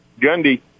Gundy